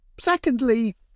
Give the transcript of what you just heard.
Secondly